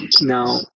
Now